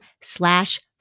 slash